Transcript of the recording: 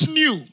new